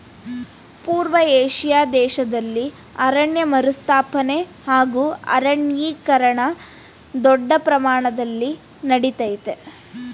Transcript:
ಪೂರ್ವ ಏಷ್ಯಾ ದೇಶ್ದಲ್ಲಿ ಅರಣ್ಯ ಮರುಸ್ಥಾಪನೆ ಹಾಗೂ ಅರಣ್ಯೀಕರಣ ದೊಡ್ ಪ್ರಮಾಣ್ದಲ್ಲಿ ನಡಿತಯ್ತೆ